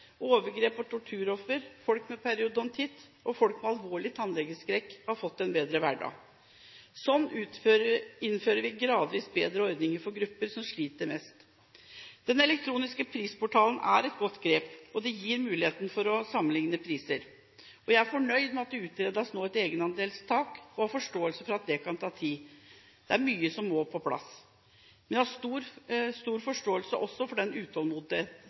og folk med alvorlig tannlegeskrekk har fått en bedre hverdag. Slik innfører vi gradvis bedre ordninger for grupper som sliter mest. Den elektroniske prisportalen er et godt grep og gir mulighet for å sammenligne priser. Jeg er fornøyd med at det nå utredes et egenandelstak, og har forståelse for at dette kan ta tid. Det er mye som må på plass, men jeg har også stor forståelse for den